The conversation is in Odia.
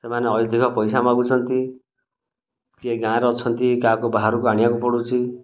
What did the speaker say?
ସେମାନେ ଅଧିକ ପଇସା ମାଗୁଛନ୍ତି କିଏ ଗାଁ'ରେ ଅଛନ୍ତି କାହାକୁ ବାହାରୁକୁ ଆଣିବାକୁ ପଡ଼ୁଛି